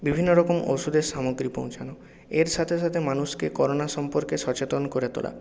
বিভিন্নরকম ওষুধের সামগ্রী পৌঁছানো এর সাথে সাথে মানুষকে করোনা সম্পর্কে সচেতন করে তোলা